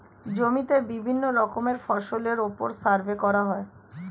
জমিতে বিভিন্ন রকমের ফসলের উপর সার্ভে করা হয়